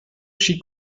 she